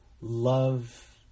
love